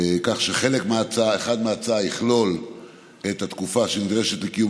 כך שחלק אחד מההצעה יכלול את התקופה שנדרשת לקיום